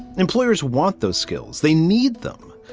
employers want those skills. they need them.